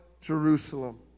Jerusalem